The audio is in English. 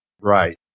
Right